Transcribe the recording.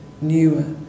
newer